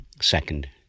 Second